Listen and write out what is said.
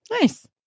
Nice